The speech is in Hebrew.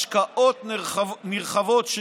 השקעות נרחבות,